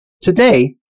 Today